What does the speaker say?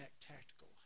Tactical